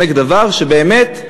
שבאמת,